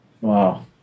Wow